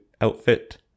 outfit